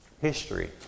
history